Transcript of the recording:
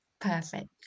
Perfect